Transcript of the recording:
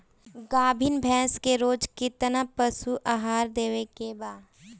गाभीन भैंस के रोज कितना पशु आहार देवे के बा?